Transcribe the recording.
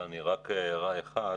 רק הערה אחת.